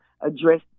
address